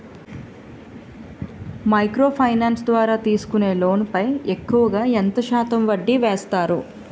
Micro finance ద్వారా తీసుకునే loan పై ఎక్కువుగా ఎంత శాతం వడ్డీ వేస్తారు?